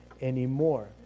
anymore